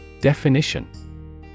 Definition